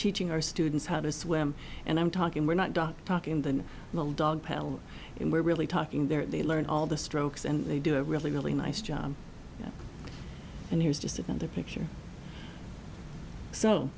teaching our students how to swim and i'm talking we're not doctors in the new dog paddle and we're really talking there they learn all the strokes and they do a really really nice job and here's just a tender picture so